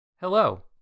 Hello